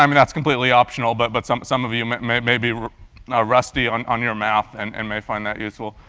i mean that's completely optional, but but some some of you may may be you know rusty on on your math and and may find that useful.